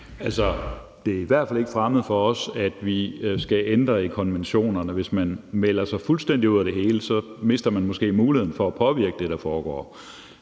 Det er i hvert fald ikke fremmed for os, at vi skal ændre i konventionerne. Hvis man melder sig fuldstændig ud af det hele, mister man måske muligheden for at påvirke det, der foregår.